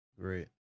Great